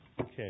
Okay